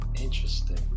Interesting